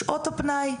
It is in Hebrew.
שעות הפנאי,